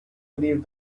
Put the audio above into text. believed